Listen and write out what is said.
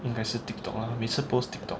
应该是 TikTok ah 每次 post TikTok